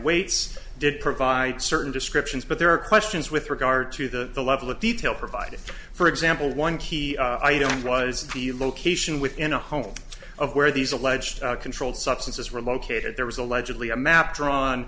waits did provide certain descriptions but there are questions with regard to the the level of detail provided for example one key item was the location within a home of where these alleged controlled substances were located there was allegedly a map drawn